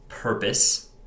purpose